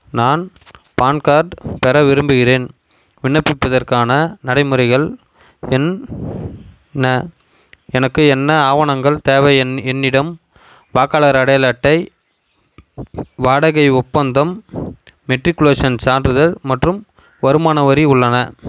நான் PAN card பெற விரும்புகிறேன் விண்ணப்பிப்பதற்கான நடைமுறைகள் என்ன எனக்கு என்ன ஆவணங்கள் தேவை என் என்னிடம் வாக்காளர் அடையாள அட்டை வாடகை ஒப்பந்தம் மெட்ரிகுலேஷன் சான்றிதழ் மற்றும் வருமான வரி உள்ளன